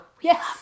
Yes